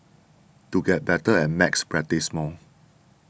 to get better at maths practise more